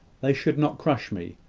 they should not crush me.